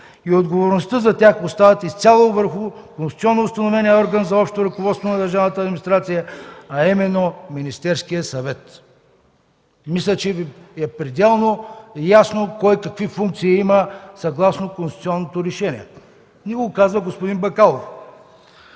и отговорността за тях остават изцяло върху конституционно установения орган за общо ръководство на държавната администрация, а именно Министерският съвет.” Мисля, че е пределно ясно кой какви функции има съгласно конституционното решение – казва го господин Бакалов.